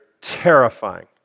terrifying